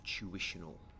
intuitional